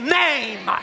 name